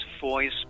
voice